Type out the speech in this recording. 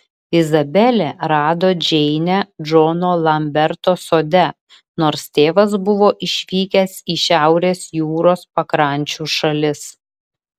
izabelė rado džeinę džono lamberto sode nors tėvas buvo išvykęs į šiaurės jūros pakrančių šalis